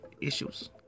issues